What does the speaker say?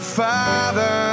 father